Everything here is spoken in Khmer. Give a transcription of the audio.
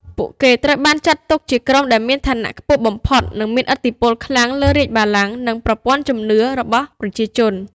ពួកគេត្រូវបានចាត់ទុកជាក្រុមដែលមានឋានៈខ្ពស់បំផុត និងមានឥទ្ធិពលខ្លាំងលើរាជបល្ល័ង្ក និងប្រព័ន្ធជំនឿរបស់ប្រជាជន។